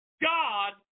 God